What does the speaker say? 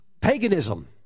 Paganism